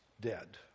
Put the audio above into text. dead